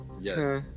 Yes